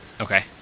okay